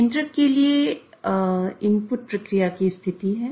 नियंत्रक के लिए इनपुट प्रक्रिया की स्थिति हैं